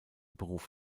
beruf